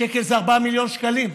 שקל זה 4 מיליון שקלים,